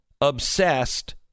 obsessed